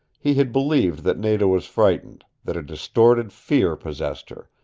he had believed that nada was frightened, that a distorted fear possessed her,